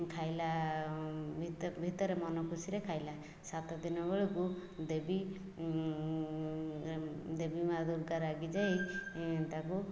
ଖାଇଲା ଭିତରେ ମନ ଖୁସିରେ ଖାଇଲା ସାତଦିନ ବେଳକୁ ଦେବୀ ଦେବୀମା' ଦୁର୍ଗା ରାଗିଯାଇ ତାକୁ